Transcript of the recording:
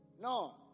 No